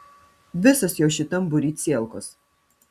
visos jos šitam būry cielkos